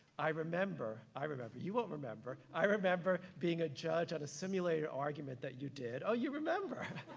i remember, i remember, you won't remember, i remember being a judge at a simulated argument that you did, oh, you remember!